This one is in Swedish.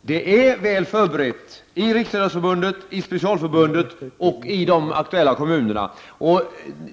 Det är väl förberett i Riksidrottsförbundet, i Specialförbundet och i de aktuella kommunerna.